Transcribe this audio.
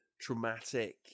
traumatic